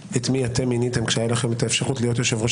מי מיניתם כשהיתה לכם אפשרות להיות יושב-ראש